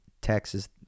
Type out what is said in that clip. Texas